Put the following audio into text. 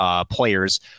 players